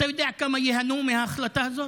אתה יודע כמה ייהנו מההחלטה הזאת?